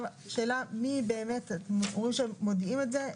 אתם אומרים שמודיעים את זה.